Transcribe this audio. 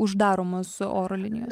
uždaromos oro linijos